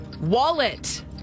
Wallet